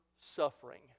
suffering